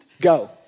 Go